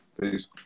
Peace